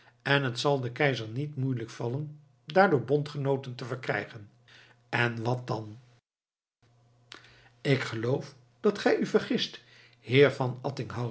en het zal den keizer niet moeielijk vallen daardoor bondgenooten te verkrijgen en wat dan ik geloof dat gij u vergist heer van